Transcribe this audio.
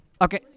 Okay